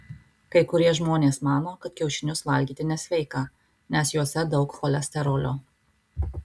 kai kurie žmonės mano kad kiaušinius valgyti nesveika nes juose daug cholesterolio